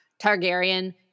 Targaryen